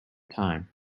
time